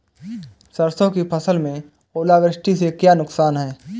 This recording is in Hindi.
सरसों की फसल में ओलावृष्टि से क्या नुकसान है?